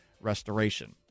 Restoration